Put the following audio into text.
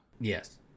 Yes